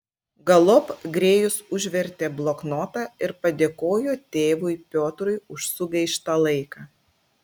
galop grėjus užvertė bloknotą ir padėkojo tėvui piotrui už sugaištą laiką